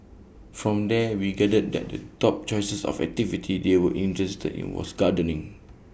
from there we gathered that the top choices of activity they were interested in was gardening